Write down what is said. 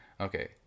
okay